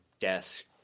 desk